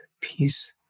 peace